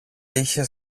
είχε